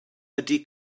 ydy